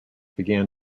began